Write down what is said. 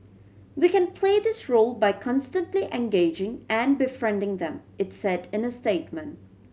we can play this role by constantly engaging and befriending them it said in a statement